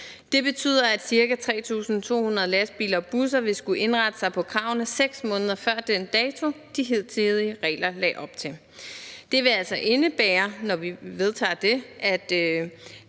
Det betyder, at ca. 3.200 lastbiler og busser vil skulle indrette sig på kravene 6 måneder før den dato, de hidtidige regler lagde op til. Trinkravet vil altså indebære, når vi har vedtaget det, at